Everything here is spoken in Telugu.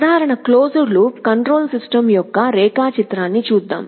సాధారణ క్లోజ్డ్ లూప్ కంట్రోల్ సిస్టమ్ యొక్క రేఖాచిత్రాన్ని చూద్దాం